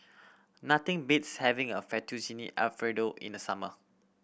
nothing beats having a Fettuccine Alfredo in the summer